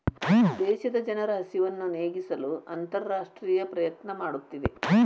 ದೇಶದ ಜನರ ಹಸಿವನ್ನು ನೇಗಿಸಲು ಅಂತರರಾಷ್ಟ್ರೇಯ ಪ್ರಯತ್ನ ಮಾಡುತ್ತಿದೆ